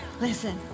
Listen